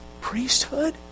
priesthood